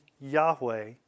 Yahweh